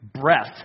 breath